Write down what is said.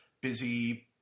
busy